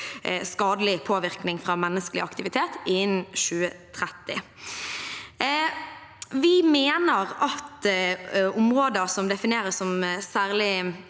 skadelig påvirkning fra menneskelig aktivitet innen 2030. Vi mener at områder som defineres som særlig